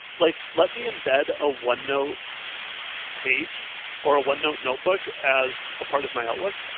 like let me embed a onenote page or a onenote notebook as a part of my outlook.